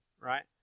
right